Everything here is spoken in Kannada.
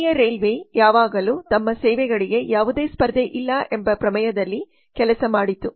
ಭಾರತೀಯ ರೈಲ್ವೆ ಯಾವಾಗಲೂ ತಮ್ಮ ಸೇವೆಗಳಿಗೆ ಯಾವುದೇ ಸ್ಪರ್ಧೆ ಇಲ್ಲ ಎಂಬ ಪ್ರಮೇಯದಲ್ಲಿ ಕೆಲಸ ಮಾಡಿತು